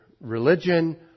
religion